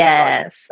Yes